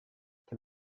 can